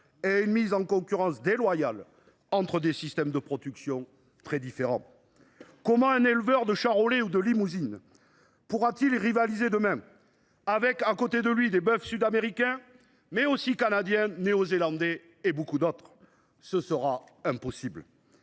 et à une mise en concurrence déloyale entre des systèmes de production très différents. Comment un éleveur de charolaises ou de limousines pourra t il rivaliser demain face aux éleveurs de bœufs sud américains, mais aussi canadiens, néo zélandais et de beaucoup d’autres pays ? Ce sera impossible